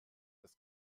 das